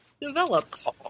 developed